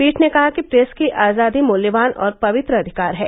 पीठ ने कहा कि प्रेस की आजादी मूल्यवान और पवित्र अधिकार है